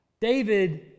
david